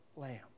lamb